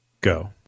go